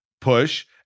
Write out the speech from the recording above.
push